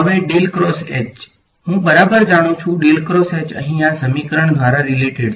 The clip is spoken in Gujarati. હવે હું બરાબર જાણું છું અહીં આ સમીકરણ દ્વારા રીલેટેડ છે